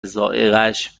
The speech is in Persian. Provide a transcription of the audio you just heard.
ذائقهاش